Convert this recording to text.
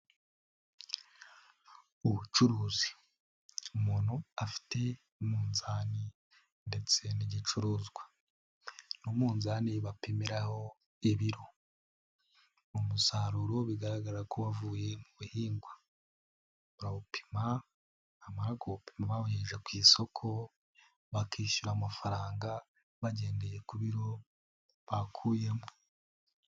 Ubucuruzi, umuntu afite umunzani ndetse n'igicuruzwa, n'umuzani bapimiraho ibiro, umusaruro bigaragara ko wavuye mu bihingwa, barawupima, bamara kuwupima bahugejeje ku isoko, bakishyura amafaranga bagendeye ku biro bakuyemo.